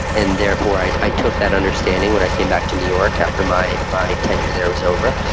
and therefore i i took that understanding when i came back to new york after my my tenure there was over,